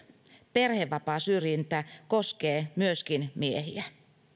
perhevapaasyrjintä koskee myöskin miehiä